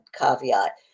caveat